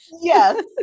Yes